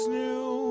new